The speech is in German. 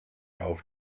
auf